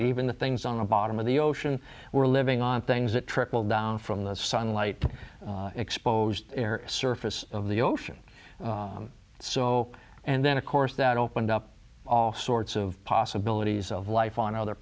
even the things on the bottom of the ocean were living on things that trickled down from the sunlight to exposed air surface of the ocean so and then of course that opened up all sorts of possibilities of life on other